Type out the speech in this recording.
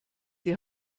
die